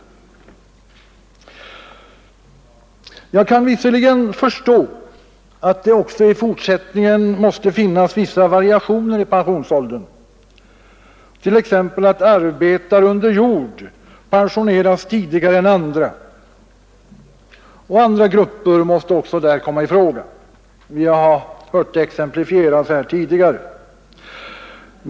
Jag kan visserligen förstå att det också i fortsättningen måste finnas vissa variationer i pensionsåldern och att t.ex. arbetare under jord bör få pension tidigare. Där kommer även flera andra grupper i fråga. Det har också här exemplifierats tidigare.